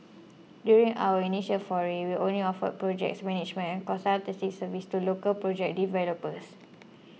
during our initial foray we only offered projects management and consultancy services to local project developers